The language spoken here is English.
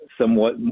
somewhat